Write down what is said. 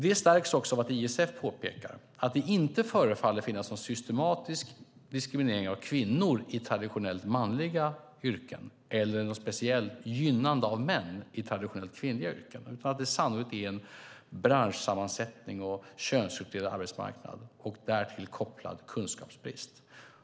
Detta stärks också av att ISF påpekar att det inte förefaller finnas någon systematisk diskriminering av kvinnor i traditionellt manliga yrken eller något speciellt gynnande av män i traditionellt kvinnliga yrken, utan det handlar sannolikt om en branschsammansättning och en könsuppdelad arbetsmarknad och därtill kopplad kunskapsbrist.